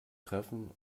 treffen